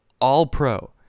All-Pro